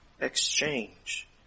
exchange